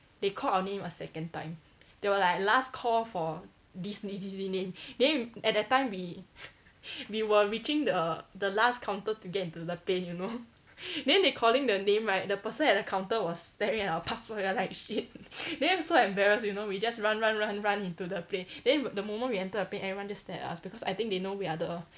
they call our name a second time they were like last call for this this this name then at that time we we were reaching the the last counter to get into the plane you know then they calling the name right the person at the counter was staring at our passport we were like shit then so embarrass you know we just run run run run into the plane then the moment we enter the plane everyone just stare at us because I think they know we are the